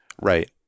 Right